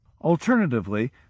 Alternatively